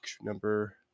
Number